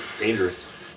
dangerous